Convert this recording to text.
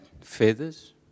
Feathers